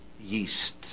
yeast